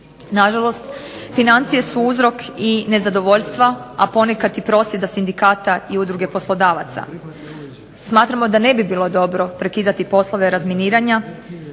Nažalost, financije su uzrok i nezadovoljstva, a ponekad i prosvjeda sindikata i udruge poslodavaca. Smatramo da ne bi bilo dobro prekidati poslove razminiranja,